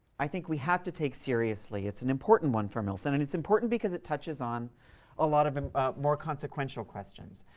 i think, we have to take seriously. it's an important one for milton, and it's important because it touches on a lot of more consequential questions.